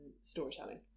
storytelling